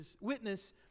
witness